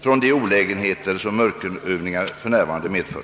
från de olägenheter som mörkerövningarna för närvarande medför.